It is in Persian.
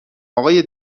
آقای